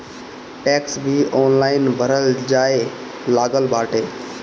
tax भी online भरल जाए लागल बाटे